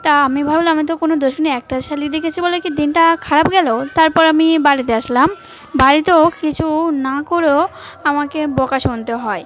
তা আমি ভাবলাম আমি তো কোনো দোষ করিনি একটা শালিখ দেখেছি বলে কি দিনটা খারাপ গেল তারপর আমি বাড়িতে আসলাম বাড়িতেও কিছু না করেও আমাকে বকা শুনতে হয়